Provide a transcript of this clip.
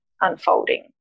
unfolding